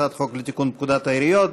הצעת חוק לתיקון פקודת העיריות.